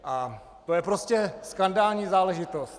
A to je prostě skandální záležitost!